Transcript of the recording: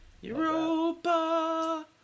Europa